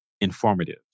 informative